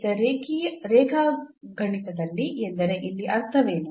ಈಗ ರೇಖಾಗಣಿತದಲ್ಲಿ ಎಂದರೆ ಇಲ್ಲಿ ಅರ್ಥವೇನು